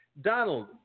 Donald